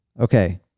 Okay